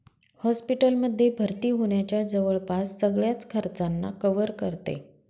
hospital मध्ये भर्ती होण्याच्या जवळपास सगळ्याच खर्चांना कव्हर करते